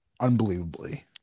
unbelievably